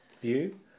view